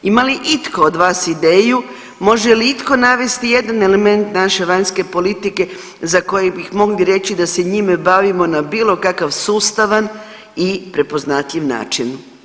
Ima li itko od vas ideju, može li itko navesti jedan element naše vanjske politike za koji bi mogli reći da se njime bavimo na bilo kakav sustavan i prepoznatljiv način?